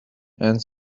and